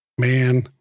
man